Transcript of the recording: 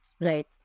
right